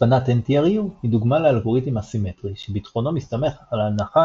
הצפנת NTRU היא דוגמה לאלגוריתם אסימטרי שביטחונו המסתמך על ההנחה